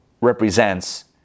represents